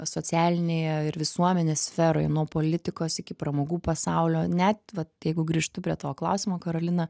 socialinėje ir visuomenės sferoje nuo politikos iki pramogų pasaulio net vat jeigu grįžtu prie to klausimo karolina